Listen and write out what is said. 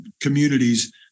communities